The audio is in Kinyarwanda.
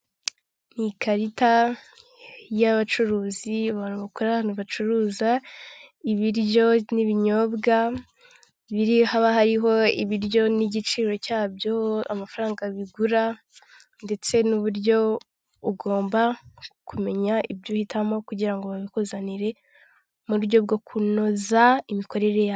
Ni ikarita y'abacuruzi baroko ahantu bacuruza ibiryo n'ibinyobwa biri, haba hariho ibiryo n'igiciro cyabyo amafaranga bigura ndetse n'uburyo ugomba kumenya ibyo uhitamo kugira ngo babikuzanire, mu buryo bwo kunoza imikorere yabo.